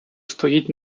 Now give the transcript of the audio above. стоїть